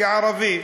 כערבי,